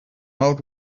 old